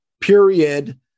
period